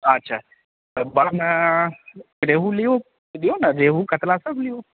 अच्छा तऽ बड़मे रेहु लियो लियो ने रेहु कतला सब लियो